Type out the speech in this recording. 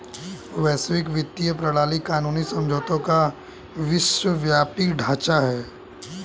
वैश्विक वित्तीय प्रणाली कानूनी समझौतों का विश्वव्यापी ढांचा है